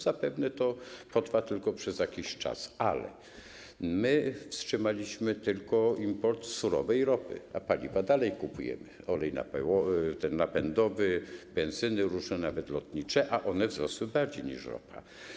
Zapewne to potrwa tylko przez jakiś czas, ale my wstrzymaliśmy tylko import surowej ropy, a paliwa dalej kupujemy: olej napędowy, różne benzyny, nawet lotnicze, ich ceny wzrosły bardziej niż ropa.